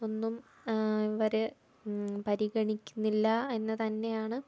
ഒന്നും ഇവർ പരിഗണിക്കുന്നില്ല എന്നു തന്നെയാണ്